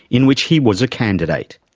in which he was a candidate.